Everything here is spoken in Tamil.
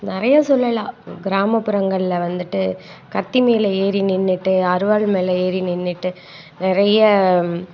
நிறையா சொல்லலாம் கிராம புறங்கள்ல வந்துட்டு கத்திமேலே ஏறி நின்னுகிட்டு அரிவாள் மேலே ஏறி நின்னுகிட்டு நிறையா